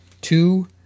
Two